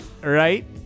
Right